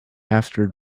after